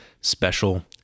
special